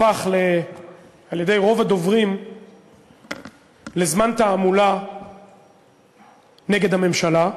הפך על-ידי רוב הדוברים לזמן תעמולה נגד הממשלה,